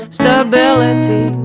stability